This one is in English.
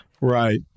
Right